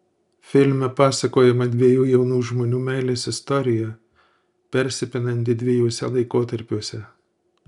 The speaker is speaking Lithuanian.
filme pasakojama dviejų jaunų žmonių meilės istorija persipinanti dviejuose laikotarpiuose